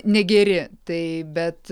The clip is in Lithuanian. negeri tai bet